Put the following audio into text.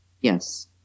Yes